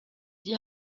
die